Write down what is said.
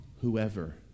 Whoever